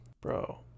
Bro